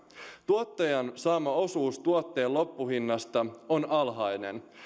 tuottajan saama osuus tuotteen loppuhinnasta on alhainen